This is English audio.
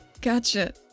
Gotcha